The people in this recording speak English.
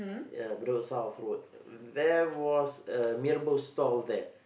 ya Bedok South road there was a mee-rebus store there